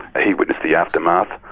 he witnessed the aftermath,